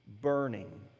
burning